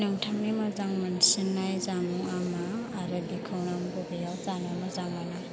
नोंथांनि मोजां मोनसिननाय जामुंआ मा आरो बेखौ नों बबेयाव जानो मोजां मोनो